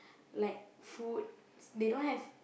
like food they don't have